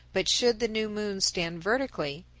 but should the new moon stand vertically,